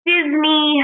Disney